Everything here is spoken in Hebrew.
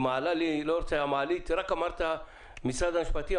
היא מעלה לי רק אמרת משרד המשפטים,